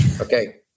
Okay